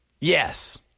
yes